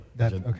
okay